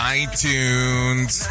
iTunes